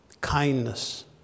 kindness